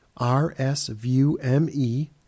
rsvme